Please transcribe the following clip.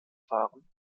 waren